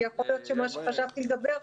כי יכול להיות שמה שחשבתי לדבר עליו,